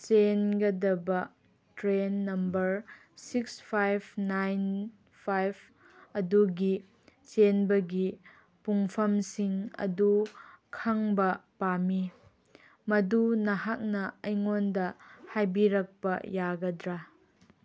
ꯆꯦꯟꯒꯗꯕ train number six five nine five ꯑꯗꯨꯒꯤ ꯆꯦꯟꯕꯒꯤ ꯄꯨꯡꯐꯝꯁꯤꯡ ꯑꯗꯨ ꯈꯪꯕ ꯄꯥꯝꯃꯤ ꯃꯗꯨ ꯅꯍꯥꯛꯅ ꯑꯩꯉꯣꯟꯗ ꯍꯥꯏꯕꯤꯔꯛꯄ ꯌꯥꯒꯗ꯭ꯔꯥ